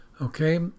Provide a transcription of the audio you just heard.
Okay